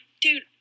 dude